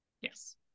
Yes